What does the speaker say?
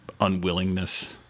unwillingness